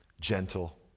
gentle